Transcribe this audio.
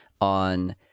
on